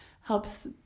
helps